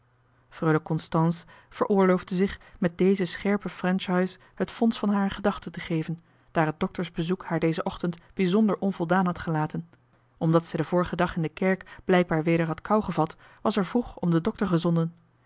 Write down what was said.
freule constance veroorloofde zich met deze scherpe franchise het fonds van hare gedachten te geven daar het doktersbezoek haar dezen ochtend bijzonder onvoldaan had gelaten omdat zij den vorigen dag in de kerk blijkbaar weder had kou gevat was er vroeg om den dokter gezonden